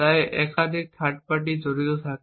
তাই একাধিক third party জড়িত থাকে